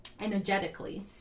energetically